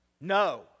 No